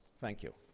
thank you.